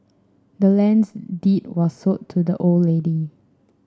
the land's deed was sold to the old lady